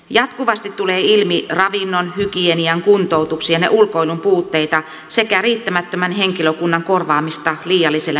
jatkuvasti tulee ilmi ravinnon hygienian kuntoutuksen ja ulkoilun puutteita sekä riittämättömän henkilökunnan korvaamista liiallisella lääkityksellä